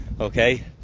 okay